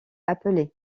appelé